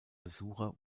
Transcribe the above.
besucher